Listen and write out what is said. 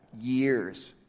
Years